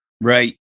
Right